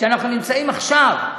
כשאנחנו נמצאים עכשיו,